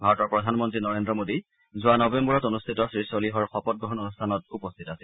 ভাৰতৰ প্ৰধানমন্ত্ৰী নৰেন্দ্ৰ মোদী যোৱা নৱেম্বৰত অনুষ্ঠিত শ্ৰীছলিহৰ শপতগ্ৰহণ অনুষ্ঠানত উপস্থিত আছিল